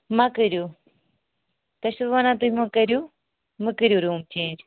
مہ کٔرِو تۄہہِ چھو وَنان تُہۍ مہٕ کٔرِو مہٕ کٔرِو روٗم چینٛج